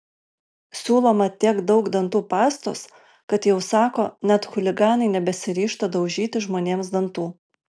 siūloma tiek daug dantų pastos kad jau sako net chuliganai nebesiryžta daužyti žmonėms dantų